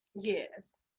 yes